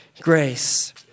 grace